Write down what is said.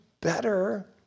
better